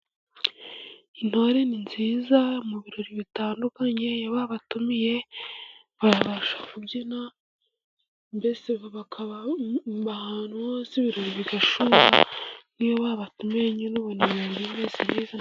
Intore ni nziza, mu birori bitandukanye iyo babatumiye, bababasha kubyina, mbese bakaba ahantu hose ibirori bigashyuha, niyo babatumiye nyine ubonamize neza.